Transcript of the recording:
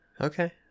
okay